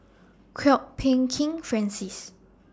Kwok Peng Kin Francis